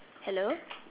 hello